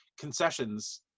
concessions